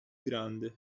grande